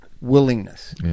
willingness